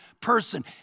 person